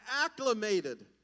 acclimated